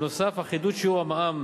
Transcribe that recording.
נוסף על כך, אחידות שיעור המע"מ